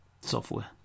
software